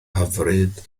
hyfryd